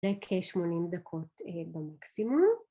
כ-80 דקות במקסימום